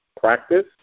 practice